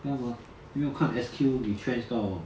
ya mah 没有看 S_Q retrenched 到